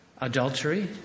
adultery